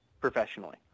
professionally